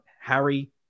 Harry